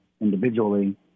individually